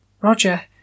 Roger